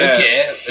Okay